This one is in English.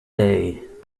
day